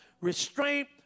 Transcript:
restraint